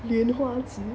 莲花指